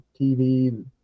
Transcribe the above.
TV